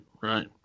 Right